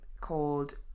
called